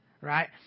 right